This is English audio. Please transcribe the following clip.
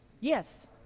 yes